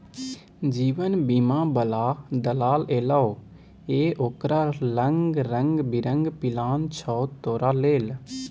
जीवन बीमा बला दलाल एलौ ये ओकरा लंग रंग बिरंग पिलान छौ तोरा लेल